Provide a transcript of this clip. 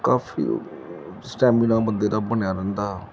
ਕਾਫੀ stamina ਬੰਦੇ ਦਾ ਬਣਿਆ ਰਹਿੰਦਾ